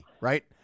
right